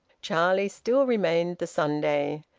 charlie still remained the sunday,